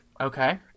Okay